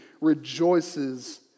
rejoices